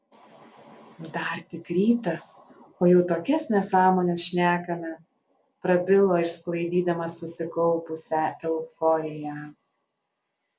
dar tik rytas o jau tokias nesąmones šnekame prabilo išsklaidydamas susikaupusią euforiją